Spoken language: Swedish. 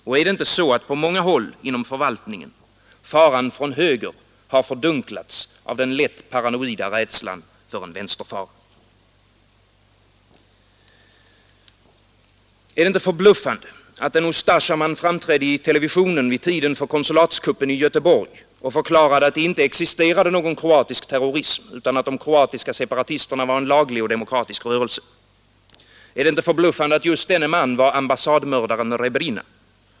Och är det inte så att faran från höger på många håll inom förvaltningen har fördunklats av den lätt paranoida rädslan för en vänsterfara? Är det inte förbluffande att en Ustasjaman framträdde i TV vid tiden för konsulatkuppen i Göteborg och förklarade att det inte existerade någon kroatisk terrorism utan att de kroatiska separatisterna var en laglig och demokratisk rörelse? Är det inte förbluffande att just denne man var ambassadörmördaren Rebrina?